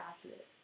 accurate